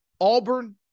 Auburn